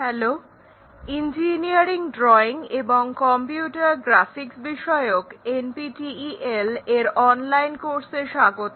hello engineering drawing এবং computer graphics বিষয়ক NPTEL এর অনলাইন কোর্সে স্বাগত